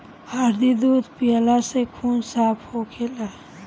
हरदी दूध पियला से खून साफ़ होखेला